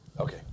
Okay